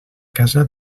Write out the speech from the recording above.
casa